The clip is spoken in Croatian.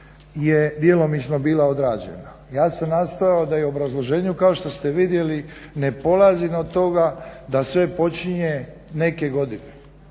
je djelomično bila odrađena, ja sam nastojao da i u obrazloženju kao što ste vidjeli ne polazim od toga da sve počinje neke godine